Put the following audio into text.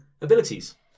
abilities